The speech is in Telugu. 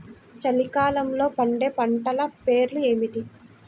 చలికాలంలో పండే పంటల పేర్లు ఏమిటీ?